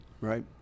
right